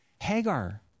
Hagar